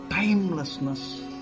Timelessness